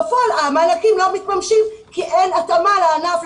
אבל בפועל המענקים לא מתממשים כי אין התאמה לענף,